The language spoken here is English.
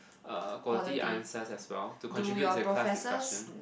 uh quality answers as well to contribute to the class discussion